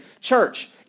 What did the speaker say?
church